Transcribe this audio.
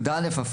י"א,